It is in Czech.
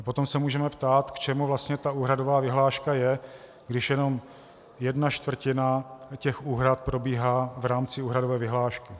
Potom se můžeme ptát, k čemu vlastně ta úhradová vyhláška je, když jenom jedna čtvrtina úhrad probíhá v rámci úhradové vyhlášky.